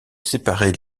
séparer